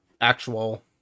actual